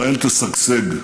ישראל תשגשג.